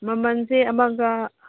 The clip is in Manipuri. ꯃꯃꯟꯁꯦ ꯑꯃꯒ